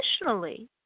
Additionally